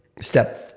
step